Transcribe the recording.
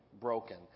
broken